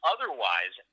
Otherwise